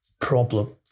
problem